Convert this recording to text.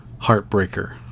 *Heartbreaker*